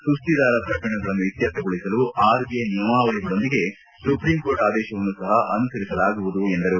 ಸುಸ್ತಿದಾರ ಪ್ರಕರಣಗಳನ್ನು ಇತ್ಯರ್ಥಗೊಳಿಸಲು R B I ನಿಯಮಾವಳಿಗಳೊಂದಿಗೆ ಸುಪ್ರೀಂಕೋರ್ಟ್ ಆದೇಶವನ್ನು ಸಪ ಅನುಸರಿಸಲಾಗುವುದು ಎಂದರು